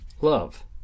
love